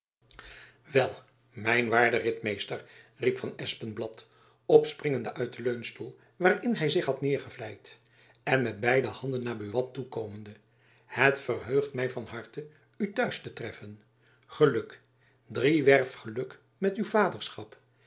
wel mijn waarde ritmeester riep van espenblad opspringende uit den leunstoel waarin hy zich had neêrgevlijd en met beide handen naar buat toekomende het verheugt my van harte u t'huis te treffen geluk driewerf geluk met uw vaderschap